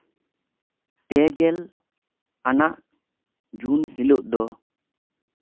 ᱯᱮ ᱜᱮᱞ ᱟᱱᱟᱜ ᱡᱩᱱ ᱦᱤᱞᱳᱜ ᱫᱚ